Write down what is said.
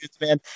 man